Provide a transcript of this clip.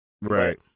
Right